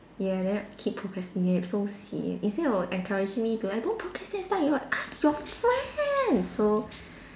ya then keep procrastinate so sian instead of encouraging me girl don't procrastinate start with your ask your friend so